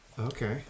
Okay